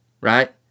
right